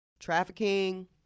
Trafficking